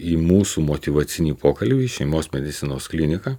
į mūsų motyvacinį pokalbį šeimos medicinos kliniką